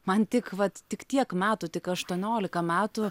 man tik vat tik tiek metų tik aštuoniolika metų